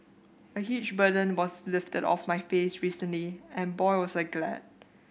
a huge burden was lifted off my face recently and boy was I glad